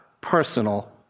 personal